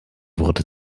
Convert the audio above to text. wurde